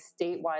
statewide